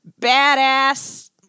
badass